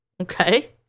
Okay